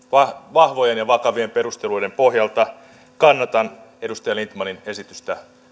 vahvojen ja vakavien perusteluiden pohjalta kannatan edustaja lindtmanin esitystä